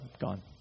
Gone